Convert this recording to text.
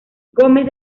gómez